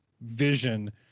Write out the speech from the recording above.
vision